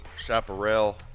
Chaparral